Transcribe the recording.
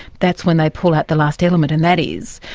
that's when they pull out the last element, and that is,